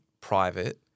private